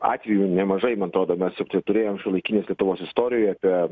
atvejų nemažai man atrodo mes taip turėjom šiuolaikinės lietuvos istorijoje apie